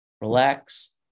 relax